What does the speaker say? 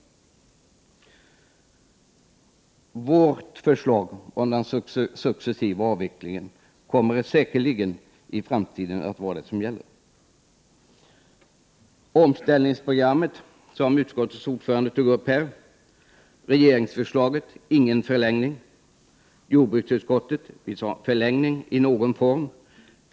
Det som framförs i vårt förslag om den successiva avvecklingen kommer säkerligen att vara det som i framtiden kommer att gälla. Utskottets ordförande tog upp omställningsprogrammet. Regeringen föreslår ingen förlängning. Jordbruksutskottet föreslår en förlängning i någon form.